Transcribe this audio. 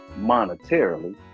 monetarily